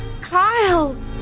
Kyle